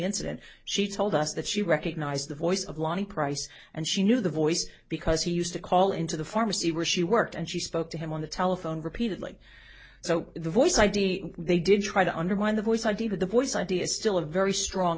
incident she told us that she recognized the voice of lonnie price and she knew the voice because he used to call into the pharmacy where she worked and she spoke to him on the telephone repeatedly so the voice id they did try to undermine the voice i d with a voice id is still a very strong